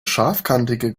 scharfkantige